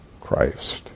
Christ